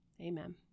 Amen